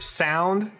sound